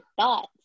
thoughts